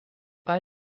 bei